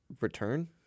return